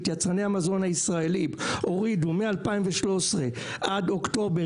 יצרני המזון הישראלים הורידו מ-2013 עד אוקטובר